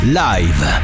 live